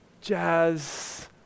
jazz